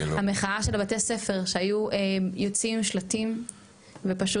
המחאה של בתי הספר שהיו יוצאים עם שלטים ופשוט